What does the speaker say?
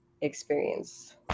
experience